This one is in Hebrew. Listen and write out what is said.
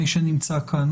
מי שנמצא כאן,